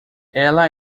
ela